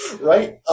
Right